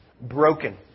broken